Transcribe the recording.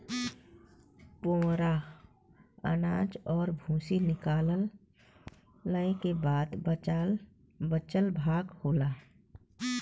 पुवरा अनाज और भूसी निकालय क बाद बचल भाग होला